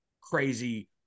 crazy